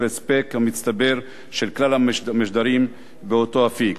ההספק המצטבר של כלל המשדרים באותו אפיק.